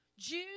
Jews